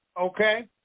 okay